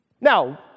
Now